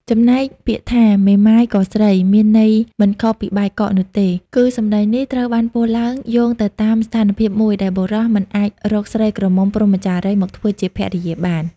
ចំណែកពាក្យថា «មេម៉ាយក៏ស្រី» មានន័យមិនខុសពីបាយកកនោះទេ គឺសំដីនេះត្រូវបានពោលឡើងយោងទៅតាមស្ថានភាពមួយដែលបុរសមិនអាចរកស្រីក្រមុំព្រហ្មចារីយ៍មកធ្វើជាភរិយាបាន។